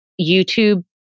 YouTube